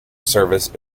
service